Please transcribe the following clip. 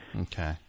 Okay